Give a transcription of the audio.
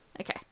Okay